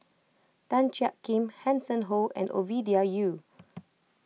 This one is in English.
Tan Jiak Kim Hanson Ho and Ovidia Yu